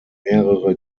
mehrere